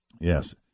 Yes